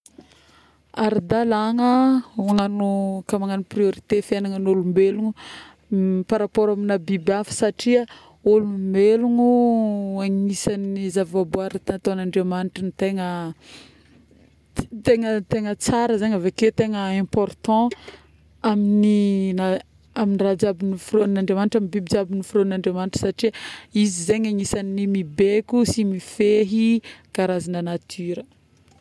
Ara-dalagna magnano ka magnano priorité ny fiaignan'olombelogno par rapport amin'ny biby afa, satria olombelogno agnisan'ny zava-boahary nataon'Andriamanitra tegna, tegna tsara, avekeo tegna important amin-draha jiaby noforogn'Andriamanitra satria izy zegny agnisan'ny mibeko sy mifehy ny karazagna natiora